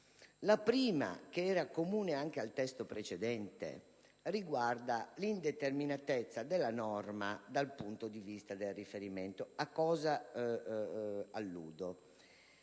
La prima, comune anche al testo precedente, riguarda l'indeterminatezza della norma dal punto di vista del riferimento. Alludo